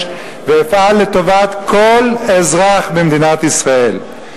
ואפעל לטובת כל אזרח במדינת ישראל.